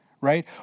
right